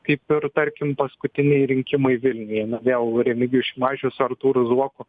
kaip ir tarkim paskutiniai rinkimai vilniuje na vėl remigijus šimašius su artūru zuoku